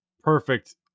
perfect